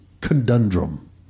conundrum